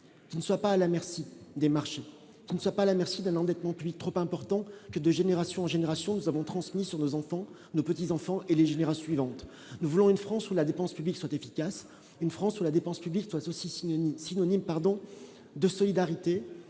qui ne soit pas à la merci des marchés qui ne soit pas à la merci d'un endettement public trop important de génération en génération nous avons transmis sur nos enfants, nos petits-enfants et les générations suivantes : nous voulons une France où la dépense publique soit efficace, une France où la dépense publique aussi synonyme synonyme,